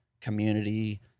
community